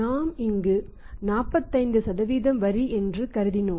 நாம் இங்கு 45 வரி விகிதம் என்று கருதினோம்